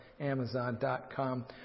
Amazon.com